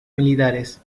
militares